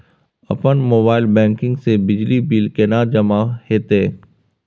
अपन mobile banking से बिजली बिल केने जमा हेते?